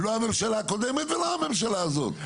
לא הממשלה הקודמת ולא הממשלה הזאת.